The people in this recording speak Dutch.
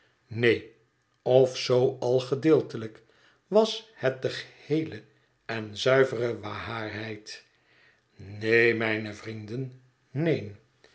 neen of zoo al gedeeltelijk was het de geheele en zuivere wa a arheid neen mijne vrienden neen